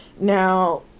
Now